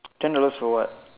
ten dollars for what